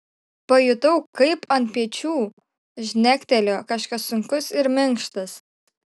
pajutau kaip ant pečių žnektelėjo kažkas sunkus ir minkštas